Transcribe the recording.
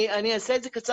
אני אעשה את זה קצר,